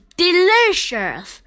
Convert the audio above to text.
delicious